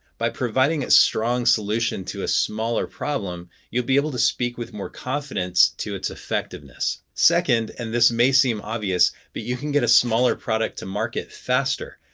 by providing a strong solution to a smaller problem, you'll be able to speak with more confidence to its effectiveness. second, and this may seem obvious, but you can get a smaller product to market faster.